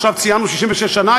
עכשיו ציינו 66 שנה,